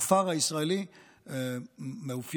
הכפר הישראלי מתאפיין